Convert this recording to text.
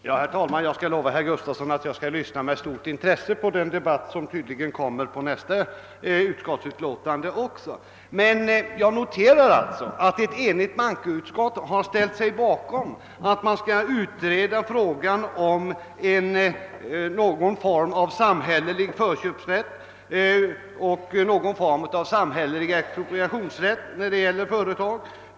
Herr talman! Jag lovar herrar Gustafson i Göteborg att jag skall lyssna med stort intresse på den debatt som tydligen följer under nästa utskottsutlåtande. Jag noterar att ett enigt bankoutskott har ställt sig bakom en utredning av frågan om någon form av samhällelig förköpsrätt och expropriationsrätt när det gäller företag.